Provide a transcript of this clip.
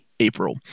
April